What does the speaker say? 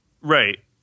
Right